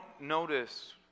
notice